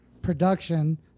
production